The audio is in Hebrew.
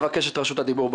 אבקש את רשות הדיבור,